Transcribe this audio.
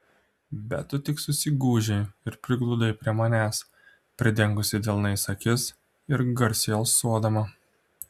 bet tu tik susigūžei ir prigludai prie manęs pridengusi delnais akis ir garsiai alsuodama